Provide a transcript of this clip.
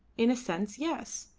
in a sense yes.